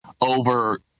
over